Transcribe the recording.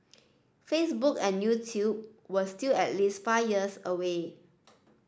Facebook and YouTube were still at least five years away